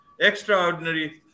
Extraordinary